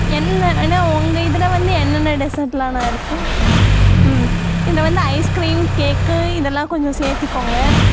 என்ன அண்ணா உங்கள் இதில் வந்து என்னென்ன டெசர்ட்லாண்ணா இருக்கு ம் இதில் வந்து ஐஸ்கிரீம் கேக்கு இதெல்லாம் கொஞ்சம் சேர்த்திக்கோங்க